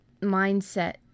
mindset